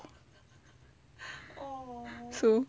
so